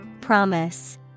Promise